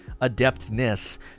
adeptness